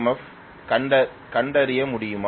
F கண்டறிய முடியுமா